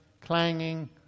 clanging